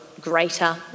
greater